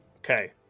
Okay